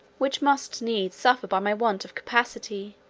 which must needs suffer by my want of capacity,